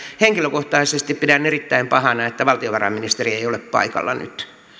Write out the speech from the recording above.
henkilökohtaisesti pidän erittäin pahana sitä että valtiovarainministeri ei ei ole paikalla nyt